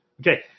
Okay